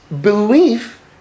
belief